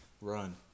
run